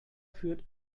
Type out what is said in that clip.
führt